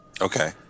Okay